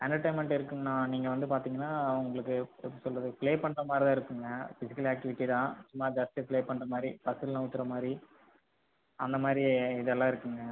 entertainment இருக்குங்கணா நீங்கள் வந்து பார்த்திங்கனா உங்களுக்கு எப்படி சொல்கிறது ப்ளே பண்ணுற மாதிரி தான் இருக்குங்க பிஸிக்கல் ஆக்டிவிட்டீ தான் சும்மா ஜஸ்ட்டு ப்ளே பண்ணுற மாதிரி பஸில் நகத்துற மாதிரி அந்த மாதிரி இதெல்லாம் இருக்குங்க